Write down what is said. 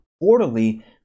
quarterly